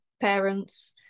parents